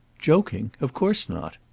joking? of course not.